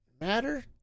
matter